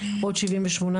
עוד שבעים ושמונה,